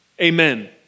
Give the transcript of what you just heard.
Amen